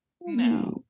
no